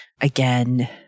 again